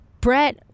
brett